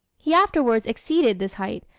he afterwards exceeded this height,